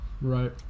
Right